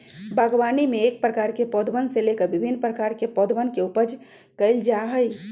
बागवानी में एक प्रकार के पौधवन से लेकर भिन्न प्रकार के पौधवन के उपज कइल जा हई